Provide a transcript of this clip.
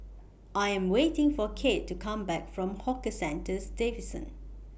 I Am waiting For Kate to Come Back from Hawker Centres Division